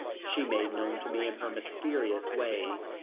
she made known to me in her mysterious way,